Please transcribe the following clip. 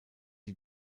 die